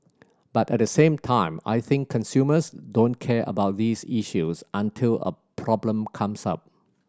but at the same time I think consumers don't care about these issues until a problem comes up